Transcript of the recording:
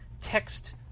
text